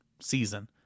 season